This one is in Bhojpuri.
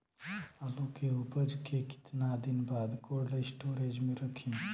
आलू के उपज के कितना दिन बाद कोल्ड स्टोरेज मे रखी?